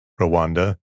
Rwanda